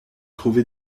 trouvé